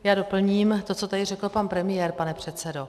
Já doplním to, co tady řekl pan premiér, pane předsedo.